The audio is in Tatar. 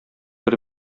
бер